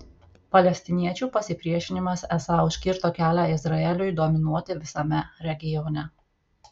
palestiniečių pasipriešinimas esą užkirto kelią izraeliui dominuoti visame regione